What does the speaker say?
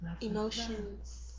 emotions